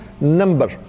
number